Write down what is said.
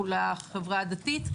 לחברה הדתית,